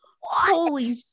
holy